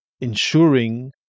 ensuring